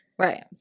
Right